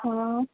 आं